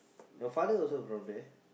your father also from there